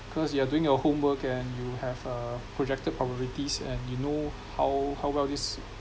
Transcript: cause you're doing your homework and you have uh projected probabilities and you know how how well this